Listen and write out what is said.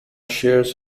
shares